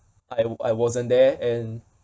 I I wasn't there and